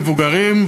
מבוגרים,